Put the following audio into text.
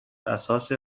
اساس